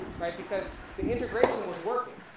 right, because, the integration was working,